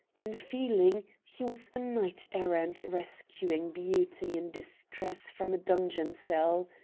in feeling, he was a knight-errant rescuing beauty in distress from a dungeon cell.